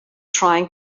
trying